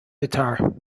guitar